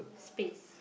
space